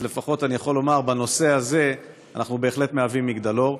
אז לפחות אני יכול לומר שבנושא הזה אנחנו בהחלט מהווים מגדלור.